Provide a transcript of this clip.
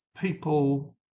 people